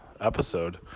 episode